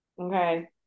okay